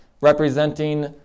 representing